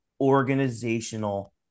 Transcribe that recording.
organizational